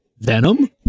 Venom